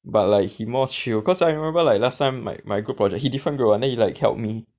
but like he more chill cause I remember like last time my my group project he different group [one] then he like help me